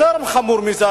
יותר חמור מזה,